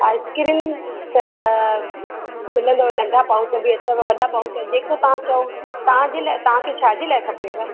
ice cream त मिलंदव नंढा पाउच बि अथव वॾा पाउच बि आ जेको तां चओ तांजी लाए तांखे लाए छाजे लाए खपेव